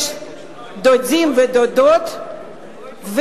יש דודים ודודות,